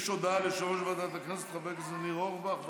יש הודעה ליושב-ראש ועדת הכנסת חבר הכנסת ניר אורבך.